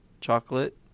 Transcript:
chocolate